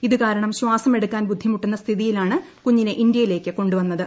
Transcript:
ഇത് കാരണം ശ്വാസമെടുക്കാൻ ബുദ്ധിമുട്ടുന്ന സ്ഥിതിയിലാണ് കുഞ്ഞിനെ ഇന്ത്യയിലേക്ക് കൊണ്ടുവന്നത്